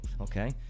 okay